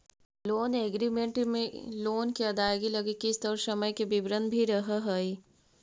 loan agreement में loan के अदायगी लगी किस्त और समय के विवरण भी रहऽ हई